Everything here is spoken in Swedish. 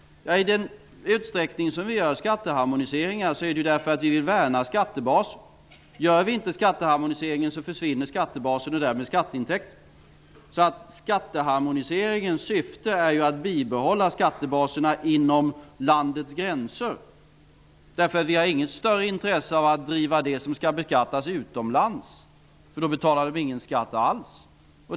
I den utsträckning som vi gör skatteharmoniseringar gör vi det för att värna skattebaser. Om vi inte gör skatteharmoniseringen så försvinner skattebasen och därmed skatteintäkter. Skatteharmoniseringens syfte är att bibehålla skattebaserna inom landets gränser. Vi har inte något större intresse av att driva det som skall beskattas utomlands. Då betalas det ingen skatt alls.